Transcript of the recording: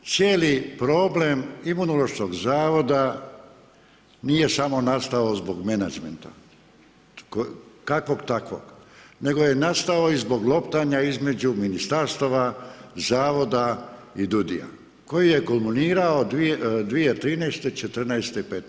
Cijeli problem Imunološkog zavoda nije samo nastao zbog menadžmenta, kakvog-takvog, nego je nastao i zbog loptanja između ministarstava, Zavoda i DUUDI-ja koji je kulminirao 2013., 2014., i 2015.